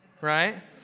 right